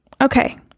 Okay